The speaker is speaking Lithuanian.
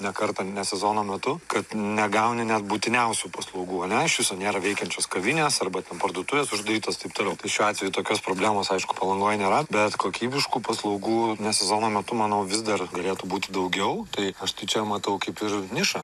ne kartą ne sezono metu kad negauni net būtiniausių paslaugų ane iš viso nėra veikiančios kavinės arba ten parduotuvės uždarytos taip toliau tai šiuo atveju tokios problemos aišku palangoj nėra bet kokybiškų paslaugų ne sezono metu manau vis dar galėtų būti daugiau tai aš tai čia matau kaip ir nišą